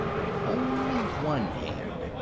but only one hand.